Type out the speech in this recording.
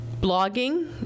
blogging